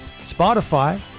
Spotify